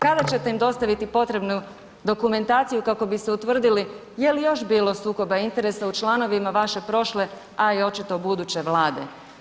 Kada ćete im dostaviti potrebnu dokumentaciju kako bi se utvrdili jel još bilo sukoba interes u članovima vaše prošle, a i očito buduće Vlade?